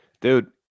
dude